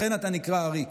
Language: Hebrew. לכן אתה נקרא עריק.